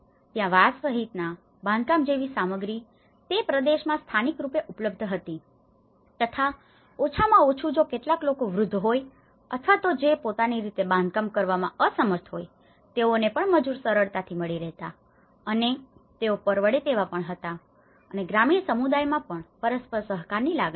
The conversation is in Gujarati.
ત્યાં વાંસ સહિતના બાંધકામ જેવી સામગ્રી તે પ્રદેશમાં સ્થાનિક રૂપે ઉપલબ્ધ હતી તથા ઓછામાં ઓછું જો કેટલાક લોકો વૃદ્ધ હોય અથવા તો જે પોતાની રીતે બાંધકામ કરવામાં અસમર્થ હોય તેઓને પણ મજૂર સરળતાથી મળી રહેતા અને તેઓ પરવડે તેવા પણ હતા અને ગ્રામીણ સમુદાયોમાં પણ પરસ્પર સહકારની લાગણી હતી